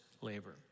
labor